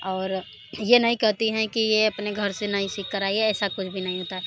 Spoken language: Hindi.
और ये नहीं कहती हैं कि ये अपने घर से नहीं सीख कर आई है ऐसा कुछ भी नहीं होता है